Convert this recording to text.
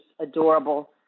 adorable